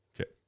Okay